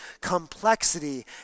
complexity